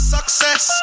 Success